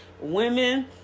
Women